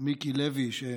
מיקי לוי, שבחדרך,